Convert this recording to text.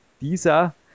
dieser